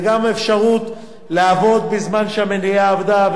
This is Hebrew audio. וגם אפשרות לעבוד בזמן שהמליאה עבדה,